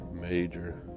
major